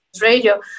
radio